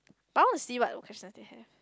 but I want to see what would question they have